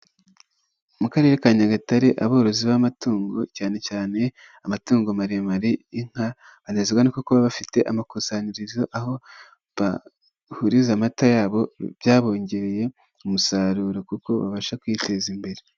Mu karere ka Nyagatare, aborozi b'amatungo cyane cyane amatungo maremare inka, anezezwa no kuba bafite amakusanyirizo, aho bahuriza amata yabo, byabongereye umusaruro kuko babasha kwiteza imbere.